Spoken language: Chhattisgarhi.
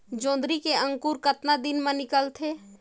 जोंदरी के अंकुर कतना दिन मां निकलथे?